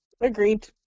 Agreed